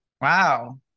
Wow